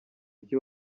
iki